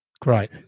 Great